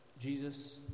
Jesus